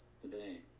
today